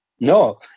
No